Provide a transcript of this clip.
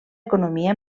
economia